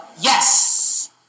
yes